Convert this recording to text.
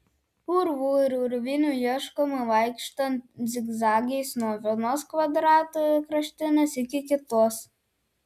urvų ir urvynų ieškoma vaikštant zigzagais nuo vienos kvadrato kraštinės iki kitos